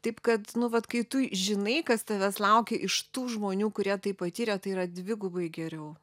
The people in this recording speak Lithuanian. taip kad nu vat kai tu žinai kas tavęs laukia iš tų žmonių kurie tai patyrė tai yra dvigubai geriau